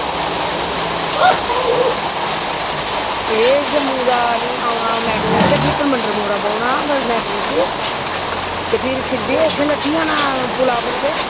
एह् जम्मू दा निं औना मेटाडोर च ते भी परमंडल मोड़ दा ब्हौना मेटाडोर च ते फिर सिद्धे उत्थें लब्भी जाना पुलै पर ते